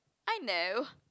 I know